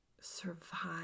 survive